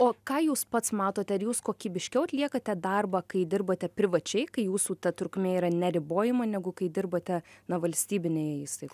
o ką jūs pats matote ar jūs kokybiškiau atliekate darbą kai dirbate privačiai kai jūsų ta trukmė yra neribojama negu kai dirbate na valstybinėje įstaigoje